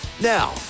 Now